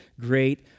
great